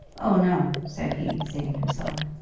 oh, no, said he, seating himself.